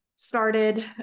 started